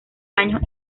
años